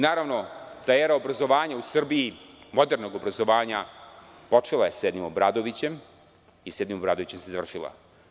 Naravno, ta era obrazovanja u Srbiji, modernog obrazovanja, počela je sa jednim Obradovićem i sa jednim Obradovićem se završila.